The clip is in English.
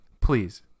Please